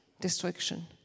destruction